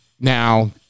now